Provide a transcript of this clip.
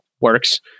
works